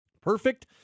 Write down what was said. perfect